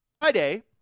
Friday